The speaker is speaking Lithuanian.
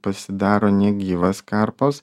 pasidaro negyvas karpos